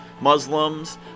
Muslims